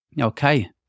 Okay